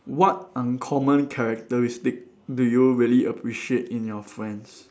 what uncommon characteristic do you really appreciate in your friends